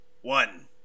one